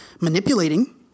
manipulating